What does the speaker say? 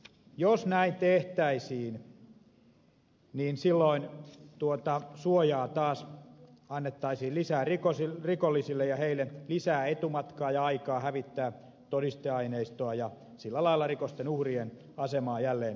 jos näin tehtäisiin silloin taas annettaisiin lisää suojaa rikollisille ja heille lisää etumatkaa ja aikaa hävittää todisteaineistoa ja sillä lailla rikosten uhrien asemaa jälleen heikennettäisiin